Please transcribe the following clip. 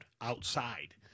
outside